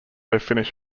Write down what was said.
finish